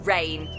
Rain